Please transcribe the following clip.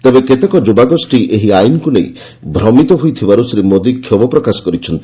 ତେବେ କେତେକ ଯୁବାଗୋଷ୍ଠୀ ଏହି ଆଇନକୁ ନେଇ ଭ୍ରମିତ ହୋଇଥିବାରୁ ଶ୍ରୀ ମୋଦୀ କ୍ଷୋଭ ପ୍ରକାଶ କରିଛନ୍ତି